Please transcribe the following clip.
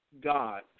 God